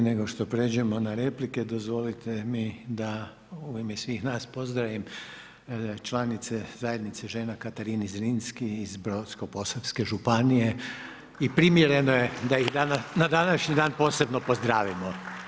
Prije nego što pređemo na replike, dozvolite mi da u ime svih nas pozdravim članice zajednice žena „Katarina Zrinska“ iz Brodsko-posavske županije i primjereno je da ih na današnjih dan posebno pozdravimo.